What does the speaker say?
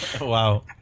Wow